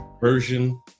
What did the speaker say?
version